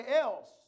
else